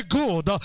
good